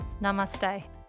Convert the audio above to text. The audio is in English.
Namaste